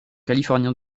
californien